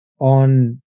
on